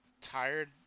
tired